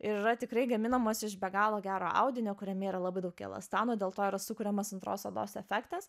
ir yra tikrai gaminamos iš be galo gero audinio kuriame yra labai daug elastano dėl to yra sukuriamas antros odos efektas